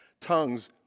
tongues